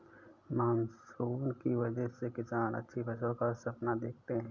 monsoon की वजह से किसान अच्छी फसल का सपना देखते हैं